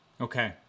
okay